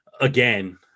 again